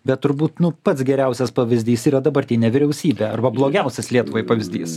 bet turbūt nu pats geriausias pavyzdys yra dabartinė vyriausybė arba blogiausias lietuvai pavyzdys